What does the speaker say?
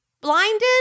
blinded